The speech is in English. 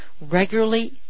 regularly